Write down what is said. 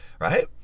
right